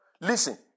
Listen